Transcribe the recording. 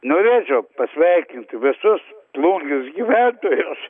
norėčiau pasveikinti visus plungės gyventojus